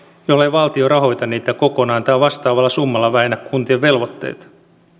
jollei valtio rahoita niitä kokonaan tai vastaavalla summalla vähennä kuntien velvoitteita